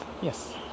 Yes